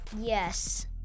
Yes